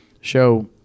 show